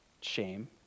shame